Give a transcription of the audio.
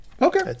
okay